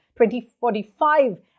2045